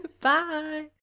Bye